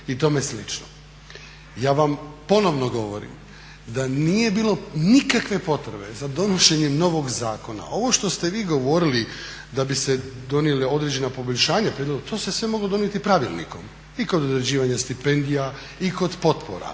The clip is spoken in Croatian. i tome slično. Ja vam ponovno govorim da nije bilo nikakve potrebe za donošenje novog zakona. Ovo što ste vi govorili da bi se donijela određena poboljšanja … to se sve moglo donijeti pravilnikom i kod određivanja stipendija i kod potpora.